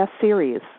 series